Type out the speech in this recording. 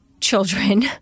children